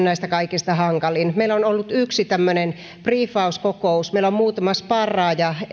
näistä kaikista hankalin meillä on ollut yksi tämmöinen briiffauskokous meillä on muutama sparraaja